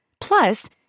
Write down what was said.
Plus